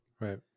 right